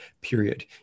period